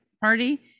party